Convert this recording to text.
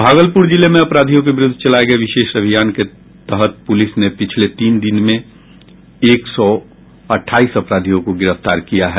भागलपुर जिले में अपराधियों के विरुद्ध चलाये गये विशेष अभियान के तहत पुलिस ने पिछले तीन दिन में एक सौ अट्ठाईस अपराधियों को गिरफ्तार किया है